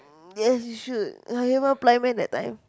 yes you should !huh! you never apply meh that time